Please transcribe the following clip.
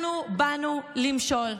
אנחנו באנו למשול.